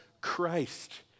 Christ